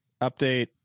update